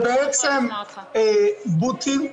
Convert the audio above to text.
אלה בוטים,